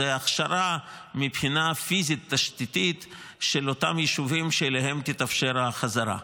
הכשרה מבחינה פיזית-תשתיתית של אותם יישובים שאליהם תתאפשר החזרה.